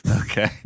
Okay